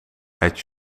het